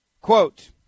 Quote